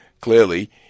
clearly